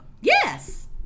Yes